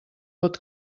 pot